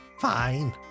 Fine